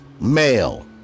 male